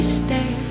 stay